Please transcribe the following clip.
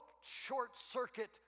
short-circuit